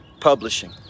publishing